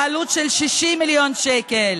בעלות של 60 מיליון שקל.